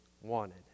wanted